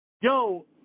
Yo